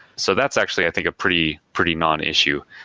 so that's actually i think a pretty pretty nonissue,